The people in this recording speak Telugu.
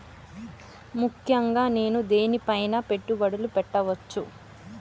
ముఖ్యంగా నేను దేని పైనా పెట్టుబడులు పెట్టవచ్చు?